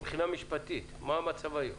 מבחינה משפטית, מה המצב היום?